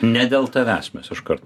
ne dėl tavęs mes iškart